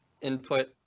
input